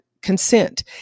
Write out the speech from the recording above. consent